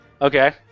Okay